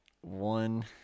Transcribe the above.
One